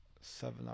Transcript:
seven